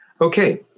okay